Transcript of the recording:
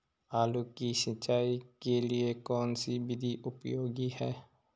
आलू की सिंचाई के लिए कौन सी विधि उपयोगी है?